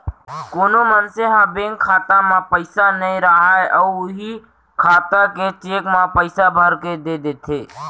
कोनो मनसे ह बेंक खाता म पइसा नइ राहय अउ उहीं खाता के चेक म पइसा भरके दे देथे